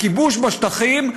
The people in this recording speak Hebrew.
הכיבוש בשטחים,